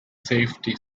safety